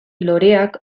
loreak